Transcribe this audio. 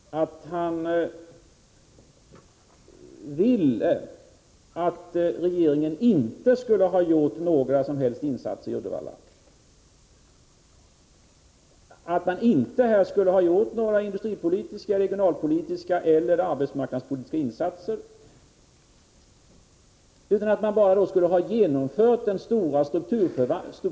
Herr talman! Jag kan inte dra någon annan slutsats av Nils G. Åslings senaste anförande än att han ville att regeringen inte skulle ha gjort några som helst insatser i Uddevalla, att man inte skulle ha gjort några industripolitiska, regionalpolitiska eller arbetsmarknadspolitiska insatser, utan att man bara skulle ha genomfört den stora strukturomvandlingen med en nedlägg — Prot.